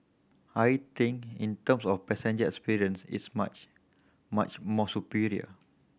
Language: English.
I think in terms of the passengers experience it's much much more superior